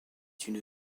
une